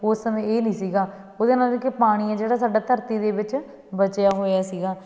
ਉਸ ਸਮੇਂ ਇਹ ਨਹੀਂ ਸੀਗਾ ਉਹਦੇ ਨਾਲ ਕਿ ਪਾਣੀ ਹੈ ਜਿਹੜਾ ਸਾਡਾ ਧਰਤੀ ਦੇ ਵਿੱਚ ਬਚਿਆ ਹੋਇਆ ਸੀਗਾ